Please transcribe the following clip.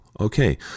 Okay